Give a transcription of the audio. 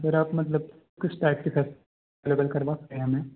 sir आप मतलब किस टाइप के फेस्टिवल करवाते है हमें